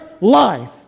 life